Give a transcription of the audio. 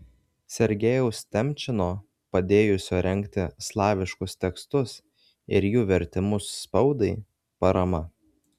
sergejaus temčino padėjusio rengti slaviškus tekstus ir jų vertimus spaudai parama